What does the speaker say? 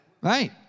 Right